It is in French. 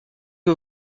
que